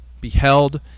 beheld